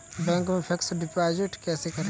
Bank में fix deposit कैसे करें?